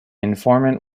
informant